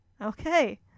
Okay